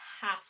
half